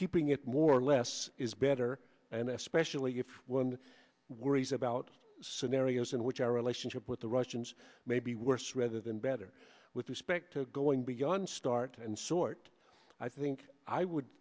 keeping it more or less is better and especially if one worries about scenarios in which our relationship with the russians may be worse rather than better with respect to going beyond start and sort i think i would